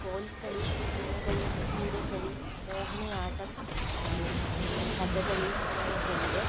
കോൽകളി സംഘംകളി പൂരംകളി മോഹിനിയാട്ടം പിന്നെ കഥകളി അങ്ങനെയൊക്കെയുള്ളത്